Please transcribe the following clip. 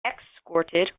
escorted